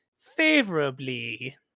favorably